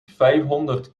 vijfhonderd